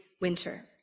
winter